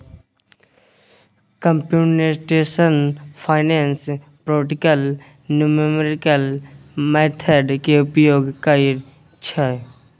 computational finance practical numerical method के उपयोग करइ छइ